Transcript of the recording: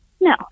No